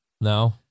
No